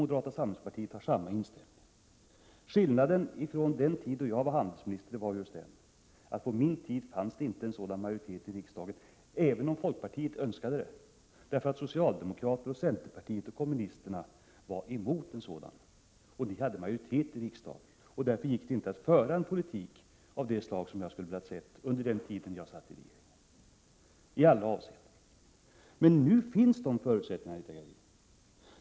Moderata samlingspartiet har samma inställning. Skillnaden mot den tid då jag var handelsminister är att det på min tid inte fanns någon sådan majoritet i riksdagen, även om folkpartiet hade önskat det. Socialdemokraterna, centerpartiet och kommunisterna var nämligen emot, och de hade majoritet i riksdagen. Därför gick det inte att i alla avseenden föra en politik av det slag som jag skulle ha velat se under den tid som jag satt i regeringen. Men nu finns förutsättningarna.